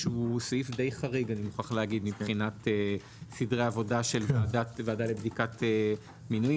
שהוא די חריג מבחינת סדרי עבודה של ועדה לבדיקת מינויים